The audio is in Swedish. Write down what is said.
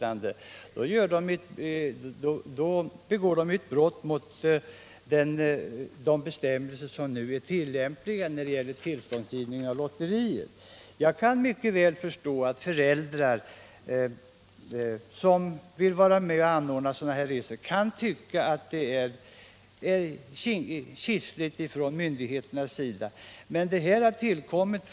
Då gör de ett avsteg från de bestämmelser som är tillämpliga när det gäller tillståndsgivning för lotterier. Jag kan mycket väl förstå att föräldrar som vill vara med och anordna skolresor kan tycka att det är kitsligt av myndigheterna att inte tillåta lotterier.